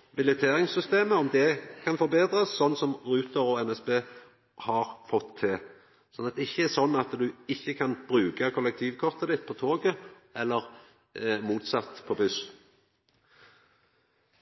på om billetteringsystemet kan betrast, slik Ruter og NSB har fått til. Det må ikkje vera slik at ein ikkje kan bruka kollektivkortet for buss på toget eller motsett.